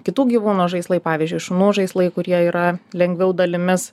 kitų gyvūnų žaislai pavyzdžiui šunų žaislai kurie yra lengviau dalimis